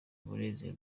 umunezero